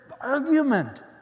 argument